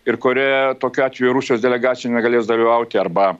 ir kurioje tokiu atveju rusijos delegacija negalės dalyvauti arba